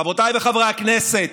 חברותיי וחבריי חברי הכנסת,